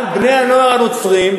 אבל בני-הנוער הנוצרים,